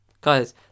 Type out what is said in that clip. guys